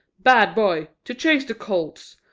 bad boy! to chase the colts.